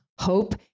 hope